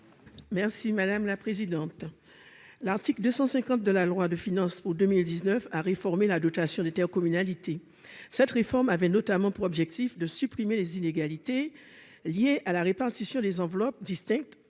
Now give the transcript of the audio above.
Merci madame la présidente, l'article 250 de la loi de finances pour 2019 à réformer la dotation d'intercommunalité, cette réforme avait notamment pour objectif de supprimer les inégalités liées à la répartition des enveloppes distinctes